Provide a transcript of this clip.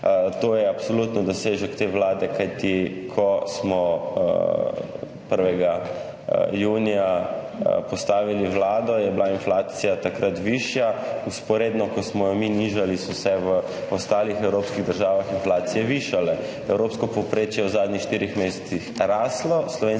To je absolutno dosežek te Vlade, kajti ko smo 1. junija postavili Vlado, je bila inflacija takrat višja, in vzporedno, ko smo jo mi nižali, so se v ostalih evropskih državah inflacije višale. Evropsko povprečje je v zadnjih štirih mesecih raslo,